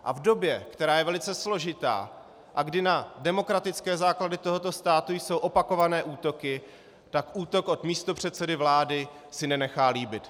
A v době, která je velice složitá a kdy na demokratické základy tohoto státu jsou opakované útoky, si útok od místopředsedy vlády nenechá líbit.